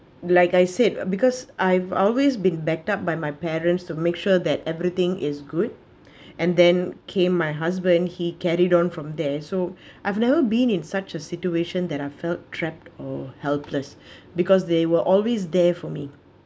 like I said because I've always been backed up by my parents to make sure that everything is good and then came my husband he carried on from there so I've never been in such a situation that I felt trapped or helpless because they were always there for me